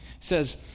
says